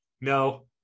No